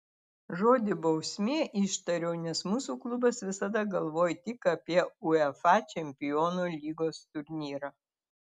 žodį bausmė ištariau nes mūsų klubas visada galvoja tik apie uefa čempionų lygos turnyrą